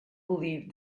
believed